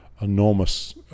enormous